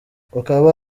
bakaba